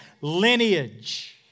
lineage